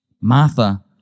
Martha